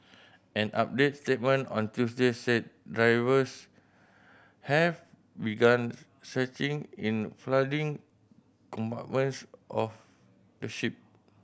an updated statement on Tuesday said divers have begun searching in flooding compartments of the ship